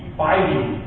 fighting